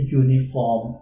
uniform